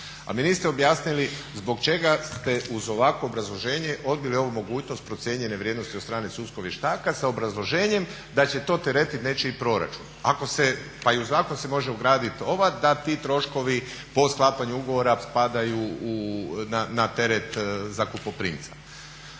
mi niste objasnili zbog čega ste uz ovakvo obrazloženje odbili ovu mogućnost procijenjene vrijednosti od strane sudskog vještaka s obrazloženjem da će to teretit nečiji proračun. Ako se, pa i u zakon se može ugradit ova da ti troškovi po sklapanju ugovora spadaju na teret zakupoprimca.